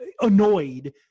annoyed